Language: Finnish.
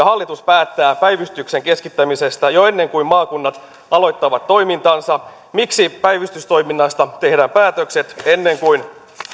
hallitus päättää päivystyksen keskittämisestä jo ennen kuin maakunnat aloittavat toimintansa miksi päivystystoiminnasta tehdään päätökset ennen kuin